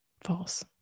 false